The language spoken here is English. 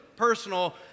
personal